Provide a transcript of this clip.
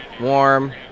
warm